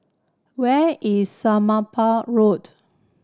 where is Somapah Road